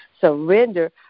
surrender